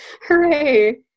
hooray